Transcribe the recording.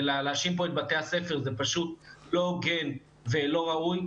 ולהאשים פה את בתי הספר זה פשוט לא הוגן ולא ראוי.